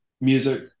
music